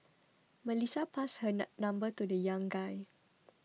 Melissa passed her number to the young guy